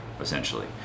essentially